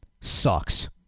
sucks